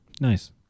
Nice